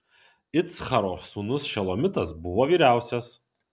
iccharo sūnus šelomitas buvo vyriausias